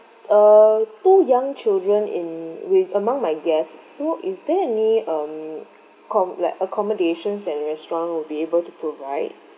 err two young children in with among my guests so is there any um com~ like accommodations that restaurant would be able to provide